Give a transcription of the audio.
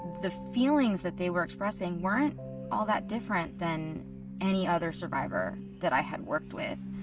the feelings that they were expressing weren't all that different than any other survivor that i had worked with,